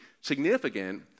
significant